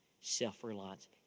self-reliance